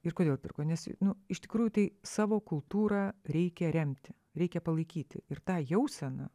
ir kodėl pirko nes nu iš tikrųjų tai savo kultūrą reikia remti reikia palaikyti ir tą jauseną